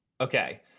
Okay